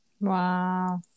Wow